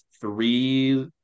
three